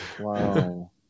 Wow